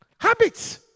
Habits